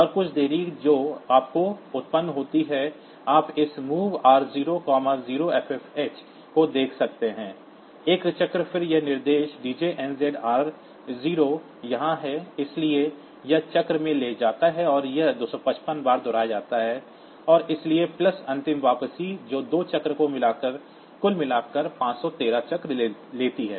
और कुल देरी जो आपको उत्पन्न होती है आप इस mov r0 0ffh को देख सकते हैं संदर्भ समय 1341 एक चक्र फिर यह निर्देश djnz r0 यहाँ है इसलिए यह चक्र में ले जाता है और यह 255 बार दोहराया जाता है और इसलिए प्लस अंतिम वापसी जो दो साइकिल को मिलाकर कुल मिलाकर 513 चक्र लेती है